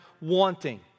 wanting